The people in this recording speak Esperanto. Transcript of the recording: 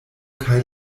kaj